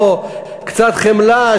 קצת חמלה,